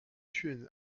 une